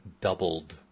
doubled